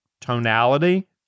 tonality